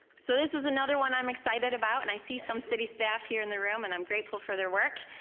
so this is another one i'm excited about, and i see some city staff here in the room, and i'm grateful for their work.